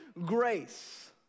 grace